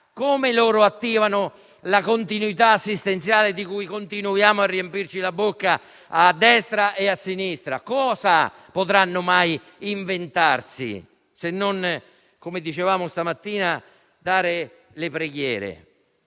Come attivano la continuità assistenziale, di cui continuiamo a riempirci la bocca a destra e a sinistra? Cosa potranno mai inventarsi, se non, come dicevamo stamattina, dare le preghiere?